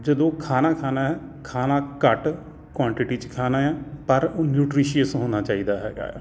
ਜਦੋਂ ਖਾਣਾ ਖਾਣਾ ਖਾਣਾ ਘੱਟ ਕੁਆਂਟਿਟੀ 'ਚ ਖਾਣਾ ਆ ਪਰ ਉਹ ਨਿਊਟਰੀਸੀਅਸ ਹੋਣਾ ਚਾਹੀਦਾ ਹੈਗਾ